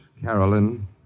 Carolyn